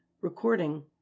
Recording